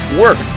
work